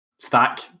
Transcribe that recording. stack